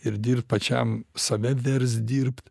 ir dirbt pačiam save verst dirbt